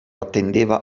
attendeva